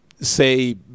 say